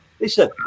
listen